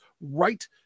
right